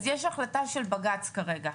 אז יש החלטה של בג"ץ כרגע.